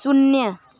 शून्य